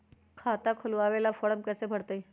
खाता खोलबाबे ला फरम कैसे भरतई?